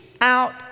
out